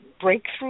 breakthrough